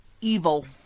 Evil